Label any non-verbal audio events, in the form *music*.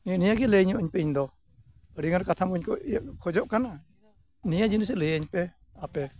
*unintelligible* ᱱᱤᱭᱟᱹᱜᱮ ᱞᱟᱹᱭᱟᱹᱧᱚᱜᱼᱟᱹᱧᱯᱮ ᱤᱧᱫᱚ ᱟᱹᱰᱤᱜᱟᱱ ᱠᱟᱛᱷᱟᱢᱟᱧ ᱠᱷᱚᱡᱚᱜ ᱠᱟᱱᱟ ᱱᱤᱭᱟᱹ ᱡᱤᱱᱤᱥᱮ ᱞᱟᱹᱭᱟᱹᱧ ᱯᱮ ᱟᱯᱮ